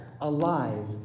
alive